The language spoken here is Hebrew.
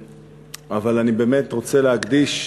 אבל אני באמת רוצה להקדיש,